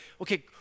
okay